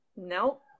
Nope